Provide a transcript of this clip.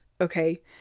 okay